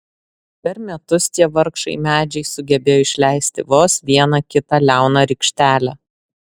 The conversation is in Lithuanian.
per metus tie vargšai medžiai sugebėjo išleisti vos vieną kitą liauną rykštelę